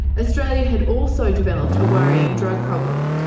australia had also developed a worrying drug problem,